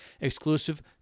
Exclusive